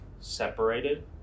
separated